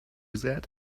that